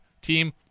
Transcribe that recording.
Team